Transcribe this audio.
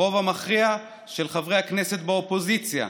הרוב המכריע של חברי הכנסת באופוזיציה,